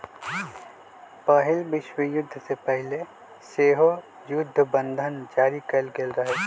पहिल विश्वयुद्ध से पहिले सेहो जुद्ध बंधन जारी कयल गेल हइ